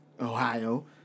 Ohio